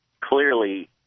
clearly